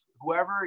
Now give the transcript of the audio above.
Whoever